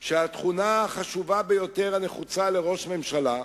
שהתכונה החשובה ביותר הנחוצה לראש ממשלה,